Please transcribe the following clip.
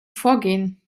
vorgehen